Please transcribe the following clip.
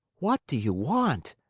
what do you want?